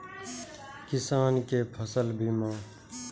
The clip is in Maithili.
किसान कै फसल बीमा?